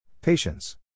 Patience